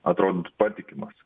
atrodytų patikimas